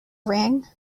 ring